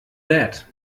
that